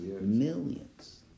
millions